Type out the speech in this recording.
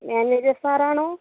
manager സാറാണോ